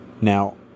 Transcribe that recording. Now